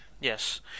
Yes